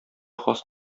хас